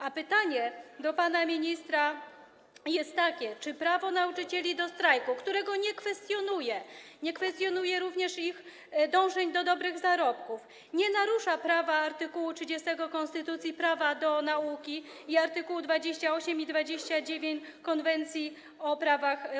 A pytanie do pana ministra jest takie: Czy prawo nauczycieli do strajku, którego nie kwestionuję, nie kwestionuję również ich dążeń do dobrych zarobków, nie narusza art. 30 konstytucji, prawa do nauki oraz art. 28 i art. 29 Konwencji o prawach